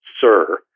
sir